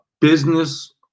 business